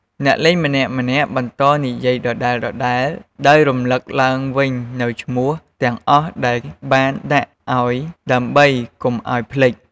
អ្នកលេងម្នាក់ៗបន្តនិយាយដដែលៗ ដោយរំលឹកឡើងវិញនូវឈ្មោះទាំងអស់ដែលបានដាក់អោយដើម្បីកុំអោយភ្លេច។